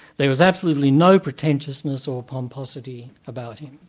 there was absolutely no pretentiousness or pomposity about him.